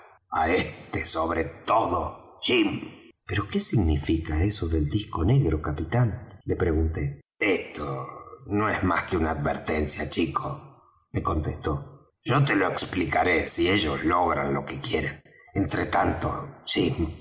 á este sobre todos jim pero qué significa eso del disco negro capitán le pregunté esto no es más que una advertencia chico me contestó yo te lo explicaré si ellos logran lo que quieren entretanto jim